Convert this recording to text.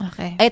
Okay